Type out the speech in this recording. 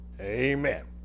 Amen